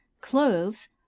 cloves